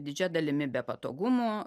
didžia dalimi be patogumų